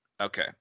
okay